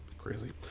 Crazy